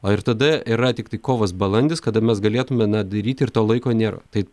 o ir tada yra tiktai kovas balandis kada mes galėtume na daryti ir to laiko nėra tai